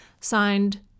Signed